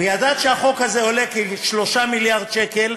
וידעת שהחוק הזה עולה כ-3 מיליארד שקל,